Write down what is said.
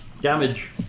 Damage